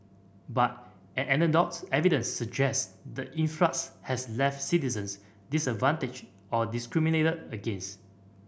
but anecdotal evidence suggests the influx has left citizens disadvantaged or discriminated against